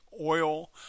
oil